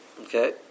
Okay